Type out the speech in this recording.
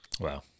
Wow